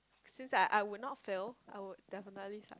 since I I would not fail I would definitely